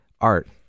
art